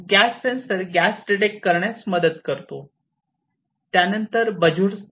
gas sensor gas detect करण्यास मदत करतो